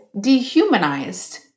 dehumanized